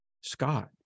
Scott